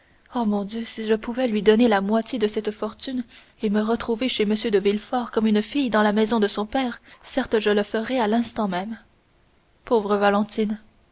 oh mon dieu si je pouvais lui donner la moitié de cette fortune et me retrouver chez m de villefort comme une fille dans la maison de son père certes je le ferais à l'instant même pauvre valentine